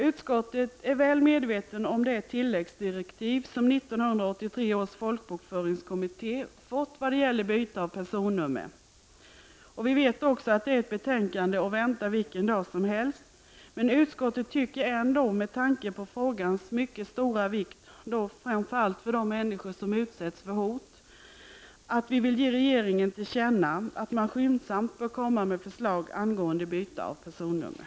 Utskottet är väl medvetet om det tilläggsdirektiv som 1983 års folkbokföringskommitté fått vad gäller byte av personnummer. Vi vet också att ett betänkande är att vänta vilken dag som helst. Men vi i utskottet tycker ändå med tanke på frågans mycket stora vikt, framför allt för de människor som utsätts för hot, att vi vill ge regeringen till känna att den skyndsamt bör komma med förslag angående byte av personnummer.